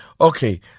Okay